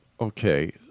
Okay